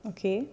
okay